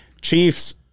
Chiefs